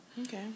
okay